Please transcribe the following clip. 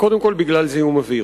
וקודם כול בגלל זיהום האוויר.